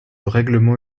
règlement